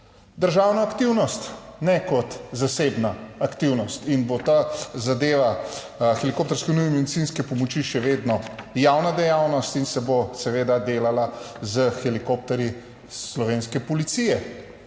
državna aktivnost, ne kot zasebna aktivnost, in bo ta zadeva helikopterske nujne medicinske pomoči še vedno javna dejavnost in se bo seveda delala s helikopterji slovenske policije.